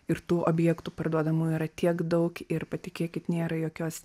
ir tų objektų parduodamų yra tiek daug ir patikėkit nėra jokios